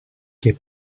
και